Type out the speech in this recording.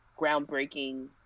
groundbreaking